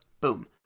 boom